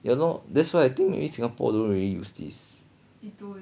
ya lor that's why I think maybe singapore don't really use this